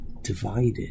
divided